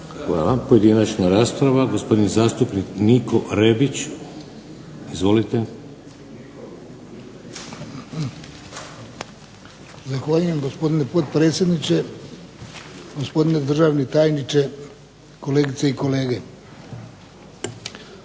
Hvala Pojedinačna rasprava gospodin zastupnik Niko REbić. Izvolite. **Rebić, Niko (HDZ)** Zahvaljujem gospodine potpredsjedniče, gospodine državni tajniče, kolegice i kolege.